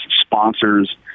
sponsors